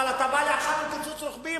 אבל אתה בא אחר כך עם קיצוץ רוחבי,